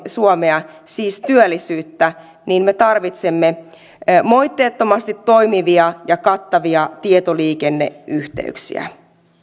suomea siis työllisyyttä niin me tarvitsemme moitteettomasti toimivia ja kattavia tietoliikenneyhteyksiä